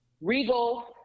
regal